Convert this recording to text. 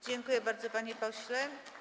Dziękuję bardzo, panie pośle.